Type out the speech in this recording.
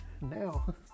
now